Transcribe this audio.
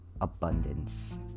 abundance